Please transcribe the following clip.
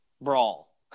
brawl